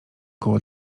koło